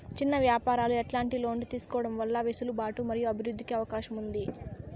చిన్న వ్యాపారాలు ఎట్లాంటి లోన్లు తీసుకోవడం వల్ల వెసులుబాటు మరియు అభివృద్ధి కి అవకాశం ఉంది?